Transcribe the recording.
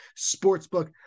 Sportsbook